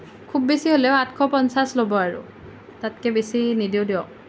খুব বেছি হ'লেও আঠশ পঞ্চাশ ল'ব আৰু তাতকৈ বেছি নিদিওঁ দিয়ক